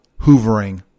hoovering